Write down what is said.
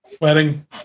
wedding